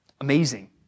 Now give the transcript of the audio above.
amazing